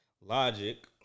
Logic